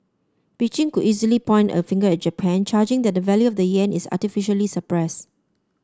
Beijing could easily point a finger at Japan charging that the value of the yen is artificially suppress